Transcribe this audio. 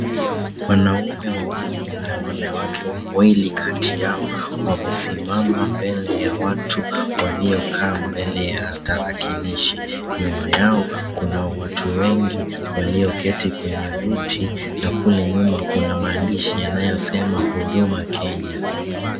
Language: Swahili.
Wanaume wawili na wanawake wawili kati yao wamesimama mbele ya watu waliokaa mbele ya tarakilishi. Nyuma yao kuna watu wengi walioketi kwenye viti na kule nyuma kuna maandishi yanayosema, Huduma Kenya.